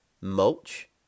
mulch